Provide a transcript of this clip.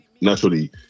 naturally